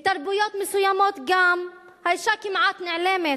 בתרבויות מסוימות גם האשה כמעט נעלמת,